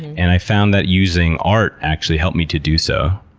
and i found that using art actually helped me to do so.